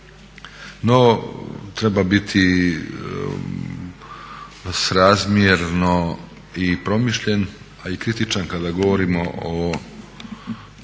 No, treba biti srazmjerno i promišljen, a i kritičan kada govorimo o